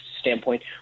standpoint